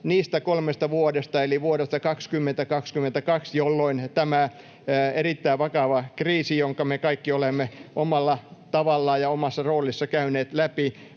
niinä kolmena vuotena eli vuosina 20—22, jolloin oli tämä erittäin vakava kriisi, jonka me kaikki olemme omalla tavallamme ja omassa roolissamme käyneet läpi,